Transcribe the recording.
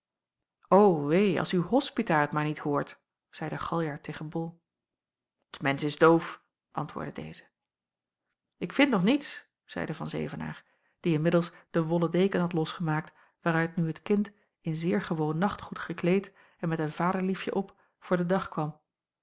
wee als uw hospita het maar niet hoort zeide galjart tegen bol t mensch is doof antwoordde deze ik vind nog niets zeide van zevenaer die inmiddels den wollen deken had losgemaakt waaruit nu het kind in zeer gewoon nachtgoed gekleed en met een vaderliefje op voor den dag kwam